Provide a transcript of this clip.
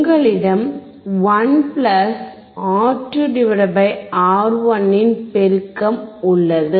உங்களிடம் 1 R2 R1 இன் பெருக்கம் உள்ளது